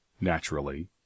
naturally